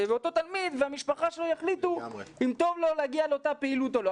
ואותו תלמיד והמשפחה שלו יחליטו אם טוב לו להגיע לאותה פעילות או לא.